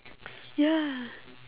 ya